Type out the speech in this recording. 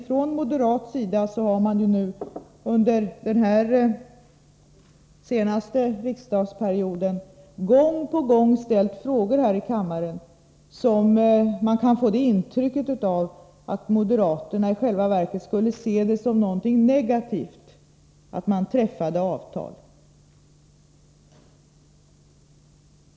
Från moderat sida har emellertid under den senaste riksdagsperioden gång på gång ställts frågor här i kammaren som ger ett intryck av att moderaterna i själva verket skulle se det som någonting negativt att man träffar avtal.